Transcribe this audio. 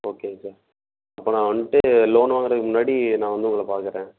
ஓகேங்க சார் அப்புறோம் வந்துட்டு லோன் வாங்குறதுக்கு முன்னாடி நான் வந்து உங்களை பார்க்குறன்